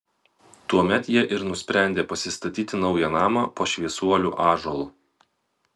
tuomet jie ir nusprendė pasistatyti naują namą po šviesuolių ąžuolu